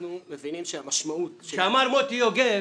אנחנו מבינים שהמשמעות --- כשאמר מוטי יוגב